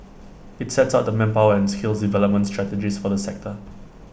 IT sets out the manpower and skills development strategies for the sector